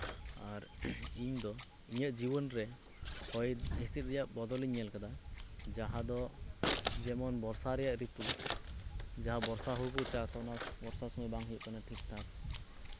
ᱟᱨ ᱤᱧ ᱫᱚ ᱤᱧᱟᱹᱜ ᱡᱤᱵᱚᱱ ᱨᱮ ᱦᱚᱭ ᱦᱤᱸᱥᱤᱫ ᱨᱮᱭᱟᱜ ᱵᱚᱫᱚᱞ ᱤᱧ ᱧᱮᱞ ᱠᱟᱫᱟ ᱡᱟᱦᱟᱸ ᱫᱚ ᱡᱮᱢᱚᱱ ᱵᱚᱨᱥᱟ ᱨᱮᱭᱟᱜ ᱨᱤᱛᱩ ᱡᱟᱦᱟᱸ ᱵᱚᱨᱥᱟ ᱦᱳᱲᱳ ᱠᱚ ᱪᱟᱥ ᱚᱱᱟ ᱵᱚᱨᱥᱟ ᱥᱚᱢᱚᱭ ᱵᱟᱝ ᱦᱩᱭᱩᱜ ᱠᱟᱱᱟ ᱴᱷᱤᱠ ᱴᱷᱟᱠ